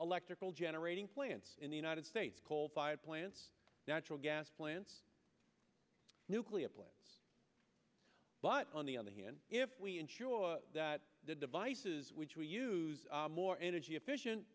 electrical generating plants in the united states coal fired plants that will gas plants nuclear plants but on the other hand if we ensure that the devices which we use more energy efficient